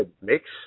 mix